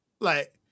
Like-